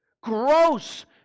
gross